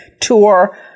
Tour